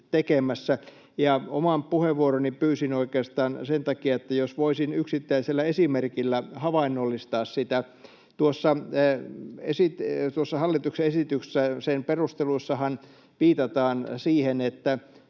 Oman puheenvuoroni pyysin oikeastaan sen takia, jos voisin yksittäisellä esimerkillä havainnollistaa sitä. Tuossa hallituksen esityksen perusteluissahan viitataan siihen, että